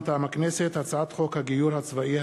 מטעם הכנסת: הצעת חוק הגיור הצבאי,